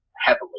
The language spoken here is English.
heavily